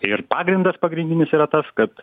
ir pagrindas pagrindinis yra tas kad